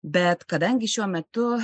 bet kadangi šiuo metu